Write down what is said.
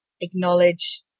acknowledge